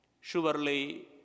Surely